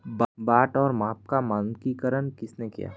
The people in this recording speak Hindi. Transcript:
बाट और माप का मानकीकरण किसने किया?